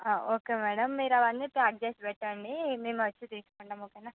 okay madam మీరు అవన్నీ pack చేసి పెట్టండి మేము వచ్చి తీసుకుంటాం ఓకేనా